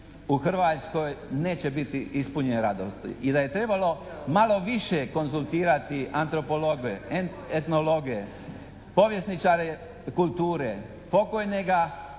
u Hrvatskoj neće biti ispunjen radosti. I da je trebalo malo više konzultirati antropologe, etnologe, povjesničare kulture, pokojnoga